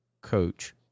coach